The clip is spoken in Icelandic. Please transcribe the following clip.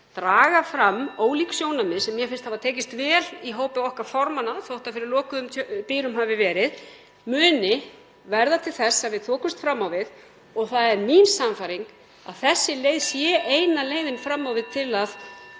draga fram ólík sjónarmið sem mér finnst hafa tekist vel í hópi okkar formanna þótt fyrir lokuðum dyrum hafi verið, muni verða til þess að við þokumst fram á við. (Forseti hringir.) Það er mín sannfæring að þessi leið sé eina leiðin fram á við til að